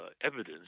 evidence